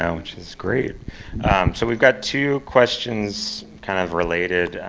um which is great! so we've got two questions kind of related.